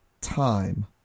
time